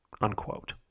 unquote